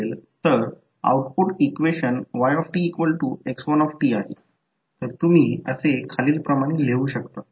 तर जसे 2 करंट डॉटमध्ये प्रवेश करत आहेत i1 i2 डॉटमध्ये प्रवेश करत आहे कारण ही i1 ची दिशा आहे ही i2 ची दिशा आहे परिणामी या दिशेमध्ये मी घेतले आहे म्हणून i1 i2